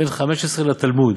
בן חמש-עשרה לתלמוד,